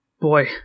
Boy